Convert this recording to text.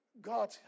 God